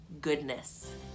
goodness